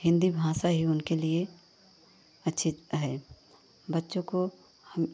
हिन्दी भाषा ही उनके लिए अच्छी है बच्चों को हम